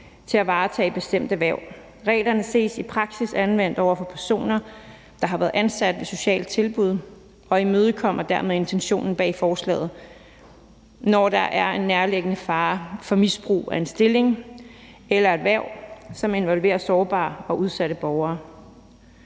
til at varetage bestemte hverv. Reglerne ses i praksis anvendt over for personer, der har været ansat i sociale tilbud, og imødekommer dermed intentionen bag forslaget, når der er en nærliggende fare for misbrug af en stilling eller et hverv, som involverer sårbare og udsatte borgere.